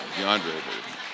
DeAndre